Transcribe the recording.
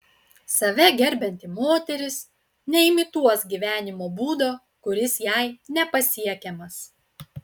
save gerbianti moteris neimituos gyvenimo būdo kuris jai nepasiekiamas